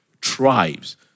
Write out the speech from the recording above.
tribes